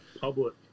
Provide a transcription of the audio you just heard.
public